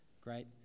Great